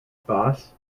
boss